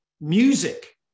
music